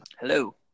Hello